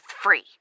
free